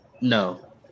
No